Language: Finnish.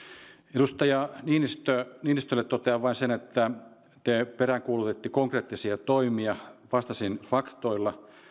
edustaja niinistölle totean vain sen että kun te peräänkuulutitte konkreettisia toimia vastasin faktoilla